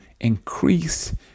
increase